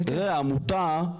תראה, העמותה,